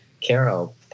Carol